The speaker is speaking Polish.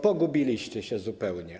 Pogubiliście się zupełnie.